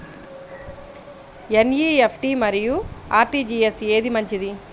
NEFT మరియు RTGS ఏది మంచిది?